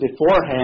beforehand